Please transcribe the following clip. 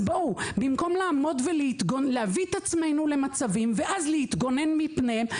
במקום להביא את עצמנו למצבים ואז להתגונן מפניהם,